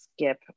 skip